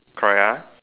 correct ah